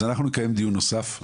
אנחנו נקיים דיון נוסף,